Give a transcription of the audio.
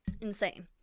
Insane